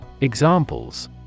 Examples